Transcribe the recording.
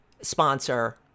sponsor